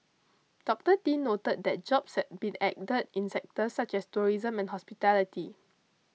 Dr Tin noted that jobs had been added in sectors such as tourism and hospitality